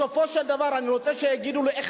בסופו של דבר אני רוצה שיגידו לי,